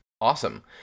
Awesome